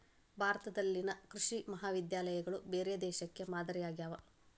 ಭಾರತದಲ್ಲಿನ ಕೃಷಿ ಮಹಾವಿದ್ಯಾಲಯಗಳು ಬೇರೆ ದೇಶಕ್ಕೆ ಮಾದರಿ ಆಗ್ಯಾವ